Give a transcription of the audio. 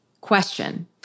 Question